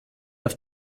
auf